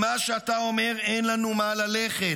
עם מה שאתה אומר אין לנו מה ללכת,